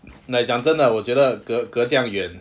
like 讲真的 ah 我觉得隔隔这样远